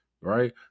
Right